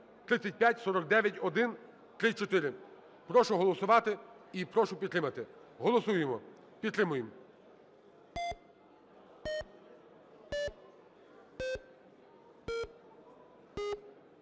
Прошу голосувати і прошу підтримати. Голосуємо. Підтримуємо.